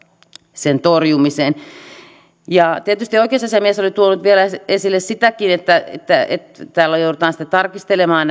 sen torjumiseen tietysti oikeusasiamies oli vielä tuonut esille sitäkin että että täällä joudutaan kansliassa sitten tarkistelemaan